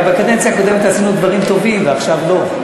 אבל בקדנציה הקודמת עשינו דברים טובים ועכשיו לא.